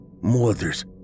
Mothers